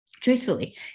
Truthfully